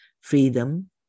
freedom